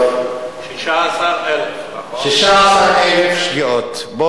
שישה-עשר אלף, נכון.